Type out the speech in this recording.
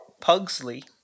Pugsley